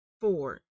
four